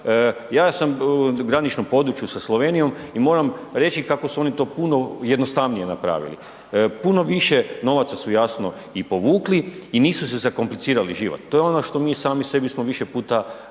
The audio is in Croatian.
Ja sam u graničnom području sa Slovenijom kako su oni to puno jednostavnije napravili. Puno više novaca su jasno i povukli i nisu su zakomplicirali život. To je ono što mi sami sebi smo više puta najveći